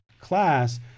class